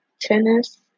Tennis